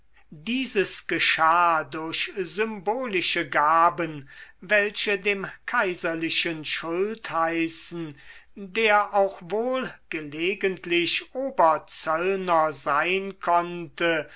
dieses geschah durch symbolische gaben welche dem kaiserlichen schultheißen der auch wohl gelegentlich oberzöllner sein konnte